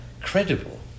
credible